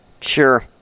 Sure